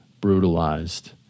brutalized